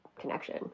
connection